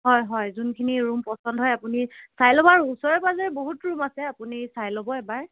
হয় হয় যোনখিনি ৰুম পচন্দ হয় আপুনি চাই ল'ব আৰু ওচৰে পাজৰে বহুত ৰুম আছে আপুনি চাই ল'ব এবাৰ